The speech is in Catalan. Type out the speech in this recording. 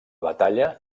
batalla